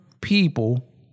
people